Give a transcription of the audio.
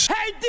Hey